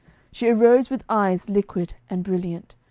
she arose with eyes liquid and brilliant,